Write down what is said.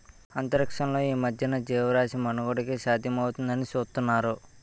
అంతరిక్షంలో ఈ మధ్యన జీవరాశి మనుగడకు సాధ్యపడుతుందాని చూతున్నారు